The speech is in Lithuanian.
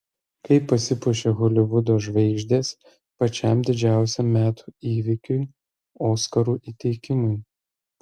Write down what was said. kaip pasipuošia holivudo žvaigždės pačiam didžiausiam metų įvykiui oskarų įteikimui